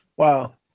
Wow